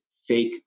fake